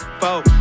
four